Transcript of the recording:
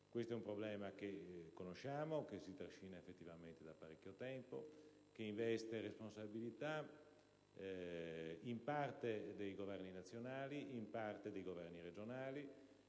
tratta di un problema che tutti conosciamo, che si trascina effettivamente da parecchio tempo, che investe responsabilità in parte dei Governi nazionali e in parte di quelli regionali;